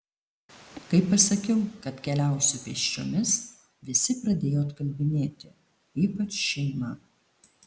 kai pasakiau kad keliausiu pėsčiomis visi pradėjo atkalbinėti ypač šeima